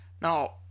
Now